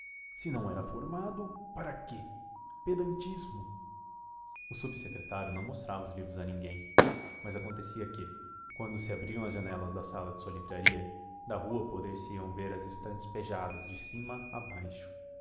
se não era formado para quê pedantismo o subsecretário não mostrava os livros a ninguém mas acontecia que quando se abriam as janelas da sala de sua livraria da rua poder se iam ver as estantes pejadas de cima a baixo